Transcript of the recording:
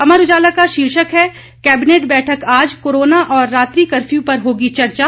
अमर उजाला का शीर्षक हैं कैबिनेट बैठक आज कोरोना और रात्रि कर्फ्यू पर होगी चर्चा